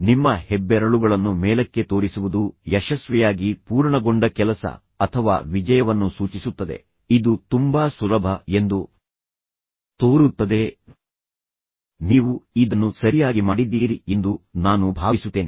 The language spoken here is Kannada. ನಿಮ್ಮ ಹೆಬ್ಬೆರಳುಗಳನ್ನು ಮೇಲಕ್ಕೆ ತೋರಿಸುವುದು ಯಶಸ್ವಿಯಾಗಿ ಪೂರ್ಣಗೊಂಡ ಕೆಲಸ ಅಥವಾ ವಿಜಯವನ್ನು ಸೂಚಿಸುತ್ತದೆ ಇದು ತುಂಬಾ ಸುಲಭ ಎಂದು ತೋರುತ್ತದೆ ನೀವು ಇದನ್ನು ಸರಿಯಾಗಿ ಮಾಡಿದ್ದೀರಿ ಎಂದು ನಾನು ಭಾವಿಸುತ್ತೇನೆ